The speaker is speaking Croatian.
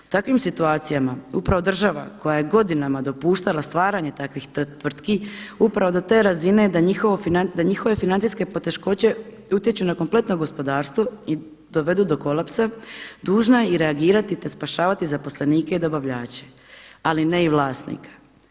U takvim situacijama upravo država koja je godinama dopuštala stvaranje takvih tvrtki upravo do te razine da njihove financijske poteškoće utječu na kompletno gospodarstvo i dovedu do kolapsa dužna je i reagirati te spašavati zaposlenike i dobavljače ali ne i vlasnika.